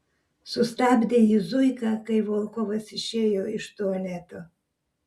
sustabdė jį zuika kai volkovas išėjo iš tualeto